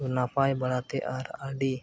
ᱱᱟᱯᱟᱭ ᱵᱟᱲᱟᱛᱮ ᱟᱨ ᱟᱹᱰᱤ